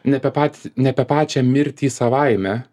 ne apie patį ne apie pačią mirtį savaime